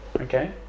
Okay